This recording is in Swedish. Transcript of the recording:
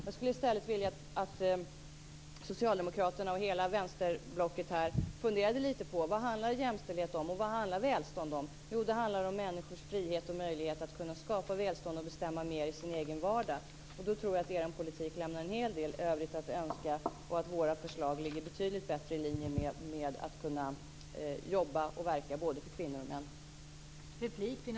Jag skulle i stället vilja att socialdemokraterna och hela vänsterblocket funderade lite över vad jämställdhet och välstånd handlar om. Det handlar om människors frihet och möjlighet att kunna skapa välstånd och bestämma mer i sin egen vardag. Där tror jag att er politik lämnar en hel del övrigt att önska och att våra förslag ligger betydligt bättre i linje med att kunna jobba och verka för både kvinnor och män.